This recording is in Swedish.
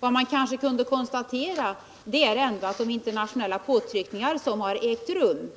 Vad man möjligen kan konstatera — men det får framtiden utvisa — är att de internationella påtryckningar som ägt rum